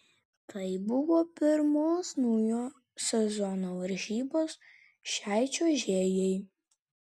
tai buvo pirmos naujo sezono varžybos šiai čiuožėjai